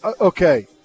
Okay